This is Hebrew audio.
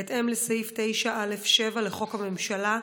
בהתאם לסעיף 9(א)(7) לחוק הממשלה,